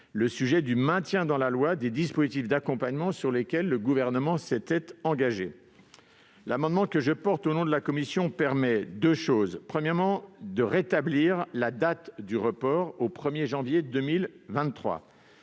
celle du maintien dans la loi des dispositifs d'accompagnement sur lesquels le Gouvernement s'était engagé. L'amendement que je porterai au nom de la commission visera, d'une part, à rétablir la date du report au 1 janvier 2023